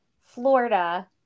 Florida